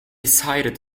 cited